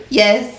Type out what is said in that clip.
yes